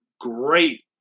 great